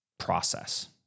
process